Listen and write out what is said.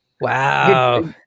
Wow